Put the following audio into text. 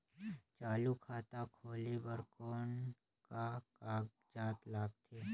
चालू खाता खोले बर कौन का कागजात लगथे?